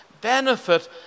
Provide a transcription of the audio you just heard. benefit